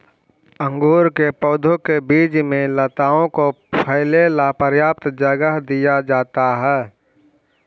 अंगूर के पौधों के बीच में लताओं को फैले ला पर्याप्त जगह दिया जाता है